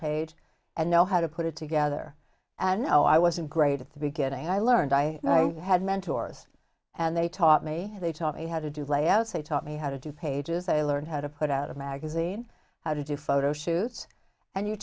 page and know how to put it together and know i wasn't great at the beginning i learned i had mentors and they taught me they taught me how to do layouts they taught me how to do pages i learned how to put out a magazine how to do photo shoots and you